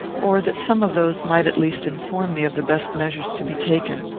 or that some of those might at least inform me of the best measures to be taken.